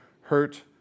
hurt